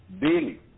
daily